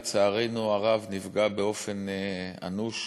לצערנו הרב, נפגע באופן אנוש